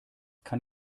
kann